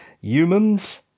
Humans